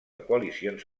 coalicions